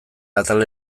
atal